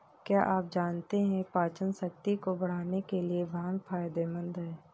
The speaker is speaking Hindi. क्या आप जानते है पाचनशक्ति को बढ़ाने के लिए भांग फायदेमंद है?